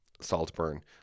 Saltburn